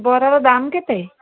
ବରାର ଦାମ କେତେ